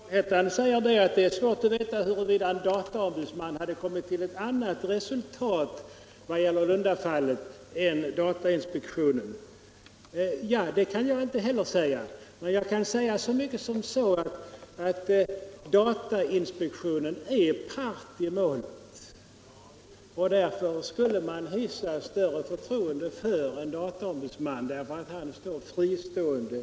Herr talman! Herr Johansson i Trollhättan säger att det är svårt att veta huruvida en dataombudsman hade kommit till ett annat resultat i Lundafallet än vad datainspektionen gjorde. Det kan jag inte heller uttala mig om, men jag vill påpeka att datainspektionen är part i målet. Därför skulle man hysa större förtroende för en dataombudsman som skulle vara fristående.